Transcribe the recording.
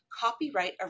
copyright